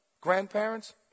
Grandparents